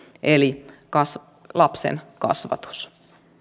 eli lapsen kasvatuksessa